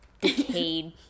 decayed